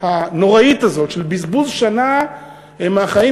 הנוראית הזאת של בזבוז שנה מהחיים.